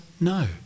no